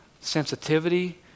sensitivity